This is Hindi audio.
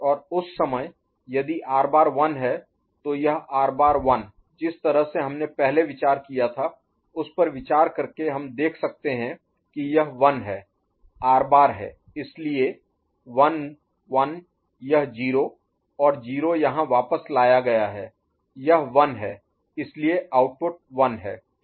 और उस समय यदि आर बार 1 है तो यह आर बार 1 जिस तरह से हमने पहले विचार किया था उस पर विचार करके हम देख सकते हैं कि यह 1 है आर बार है इसलिए 1 1 यह 0 और 0 यहाँ वापस लाया गया है यह 1 है इसलिए आउटपुट 1 है